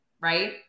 Right